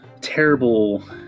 terrible